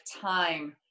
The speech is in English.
time